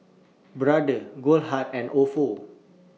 Brother Goldheart and Ofo